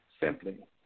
simply